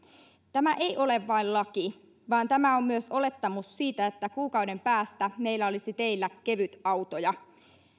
tämä ei ole vain laki vaan tämä on myös olettamus siitä että kuukauden päästä meillä olisi teillä kevytautoja